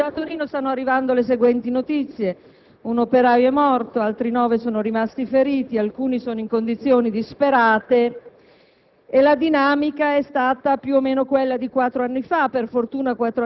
*(Aut)*. Mi associo, naturalmente, al ricordo del dramma. Da Torino stanno arrivando le seguenti notizie: un operaio è morto, altri nove sono rimasti feriti, e alcuni di essi sono in condizioni disperate.